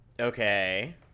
okay